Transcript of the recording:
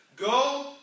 go